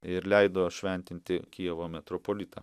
ir leido šventinti kijevo metropolitą